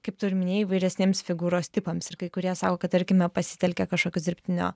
kaip turiu omenyje įvairesnėms figūros tipams ir kai kurie sako kad tarkime pasitelkė kažkokius dirbtinio